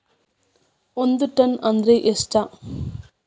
ಒಂದ್ ಟನ್ ಅಂದ್ರ ಎಷ್ಟ?